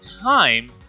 time